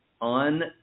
On